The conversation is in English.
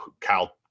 Cal